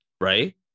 right